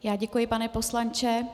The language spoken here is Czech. Já děkuji, pane poslanče.